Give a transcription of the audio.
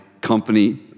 company